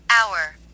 hour